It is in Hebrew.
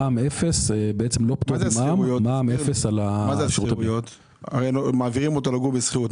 מע"מ אפס על --- מה זה --- מעבירים אותו לגור בשכירות.